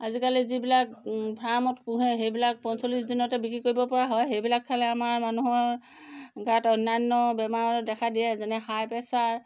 আজিকালি যিবিলাক ফাৰ্মত পুহে সেইবিলাক পঞ্চল্লিছ দিনতে বিক্ৰী কৰিব পৰা হয় সেইবিলাক খালে আমাৰ মানুহৰ গাত অন্যান্য বেমাৰ দেখা দিয়ে যেনে হাই প্ৰেছাৰ